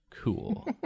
Cool